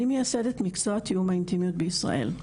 אני מייסדת מקצוע תיאום האינטימיות בישראל.